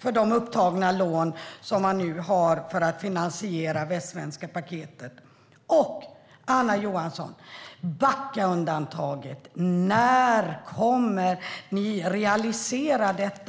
för de upptagna lån som man har för att finansiera det västsvenska paketet? Anna Johansson! När kommer ni att realisera Backaundantaget?